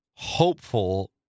hopeful